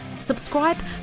Subscribe